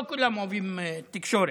לא כולם אוהבים תקשורת,